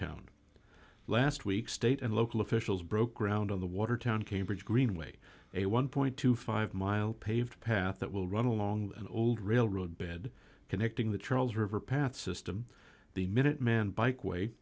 town last week state and local officials broke ground on the watertown cambridge greenway a one point two five mile paved path that will run along an old railroad bed connecting the charles river path system the minuteman bike way